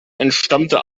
entstammte